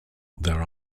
there